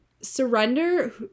surrender